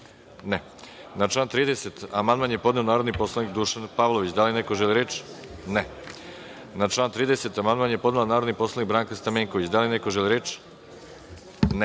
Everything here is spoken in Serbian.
(Ne.)Na član 39. amandman je podneo narodni poslanik Nenad Božić. Da li neko želi reč? (Ne.)Na član 39. amandman je podnela narodni poslanik Branka Stamenković. Da li neko želi reč?